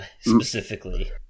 specifically